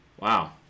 Wow